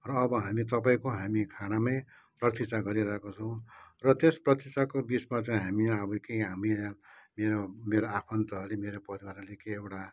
र अब हामी तपाईँको हामी खानामै प्रतीक्षा गरिरहेको छौँ र त्यस प्रतीक्षोको बिचमा चाहिँ हामी अब के हामी यहाँ मेरो आफन्तहरूले मेरो परिवारहरूले के एउटा